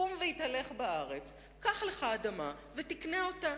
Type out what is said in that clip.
קום והתהלך בארץ, קח לך אדמה ותקנה אותה.